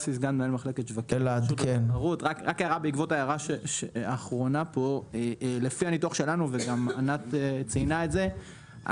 רק הערה בעקבות ההערה האחרונה לפי הניתוח שלנו וגם ענת ציינה את זה,